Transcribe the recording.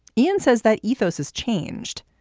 ian says that ethos is changed.